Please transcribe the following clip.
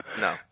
No